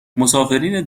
مسافرین